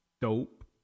dope